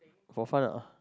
for fun ah